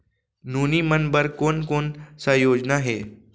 नोनी मन बर कोन कोन स योजना हे?